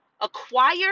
acquire